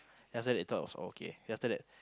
then after they thought it was all okay then after that